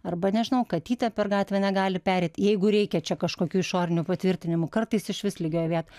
arba nežinau katytė per gatvę negali pereit jeigu reikia čia kažkokių išorinių patvirtinimų kartais išvis lygioj vietoj